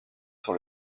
sur